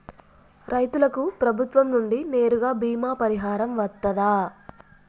రైతులకు ప్రభుత్వం నుండి నేరుగా బీమా పరిహారం వత్తదా?